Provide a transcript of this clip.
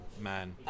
man